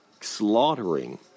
slaughtering